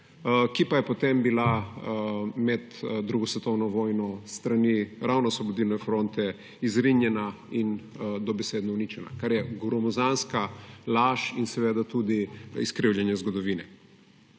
ki pa je potem bila med 2. svetovno vojno s strani ravno Osvobodilne fronte izrinjena in dobesedno uničena, kar je gromozanska laž in tudi izkrivljanje zgodovine.